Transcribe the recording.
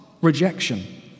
rejection